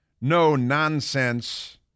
no-nonsense